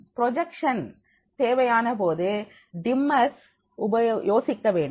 projection தேவையானபோது dimmers யோசிக்க வேண்டும்